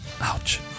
Ouch